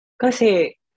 Kasi